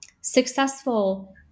successful